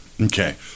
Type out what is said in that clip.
Okay